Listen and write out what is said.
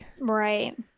Right